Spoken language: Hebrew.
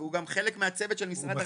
והוא גם חלק מהצוות של משרד הביטחון.